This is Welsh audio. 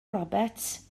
roberts